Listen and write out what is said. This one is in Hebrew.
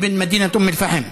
איבן מדינת אום אל-פחם.